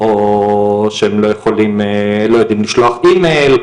או שהם לא יודעים לשלוח אימייל,